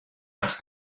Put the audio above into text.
asked